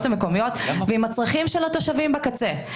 מהקומיות ועם הצרכים של התושבים בקצה.